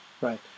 Right